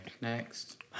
Next